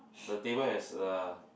the table has yeah